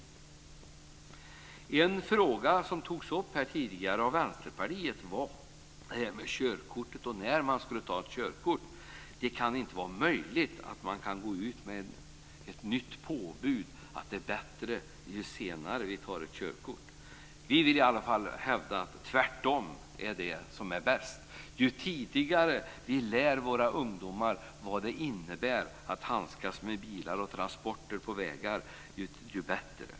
Vänsterpartiet tog tidigare här upp frågan om körkort och om när ungdomar ska ta körkort. Det kan inte vara möjligt att man kan gå ut med ett nytt påbud om att det är bättre ju senare ungdomar tar körkort. Vi vill hävda att tvärtom är bäst. Ju tidigare vi lär våra ungdomar vad det innebär att handskas med bilar och transporter på vägar, desto bättre.